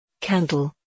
Candle